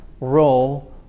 role